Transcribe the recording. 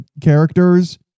characters